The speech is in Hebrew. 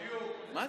בדיוק.